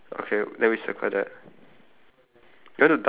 oh I have no tablet at all tablet is the medicine right